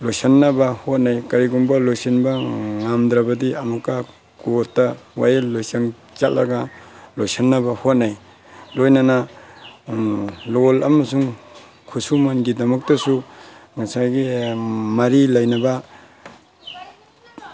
ꯂꯣꯏꯁꯤꯟꯅꯕ ꯍꯣꯠꯅꯩ ꯀꯔꯤꯒꯨꯝꯕ ꯂꯣꯏꯁꯤꯟꯕ ꯉꯝꯗ꯭ꯔꯕꯗꯤ ꯑꯃꯨꯛꯀ ꯀꯣꯔꯠꯇ ꯋꯥꯌꯦꯜ ꯂꯣꯏꯁꯪ ꯆꯠꯂꯒ ꯂꯣꯏꯁꯤꯟꯅꯕ ꯍꯣꯠꯅꯩ ꯂꯣꯏꯅꯅ ꯂꯣꯟ ꯑꯃꯁꯨꯡ ꯈꯨꯠꯁꯨꯃꯟꯒꯤꯗꯃꯛꯇꯁꯨ ꯉꯁꯥꯏꯒꯤ ꯃꯔꯤ ꯂꯩꯅꯕ